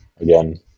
again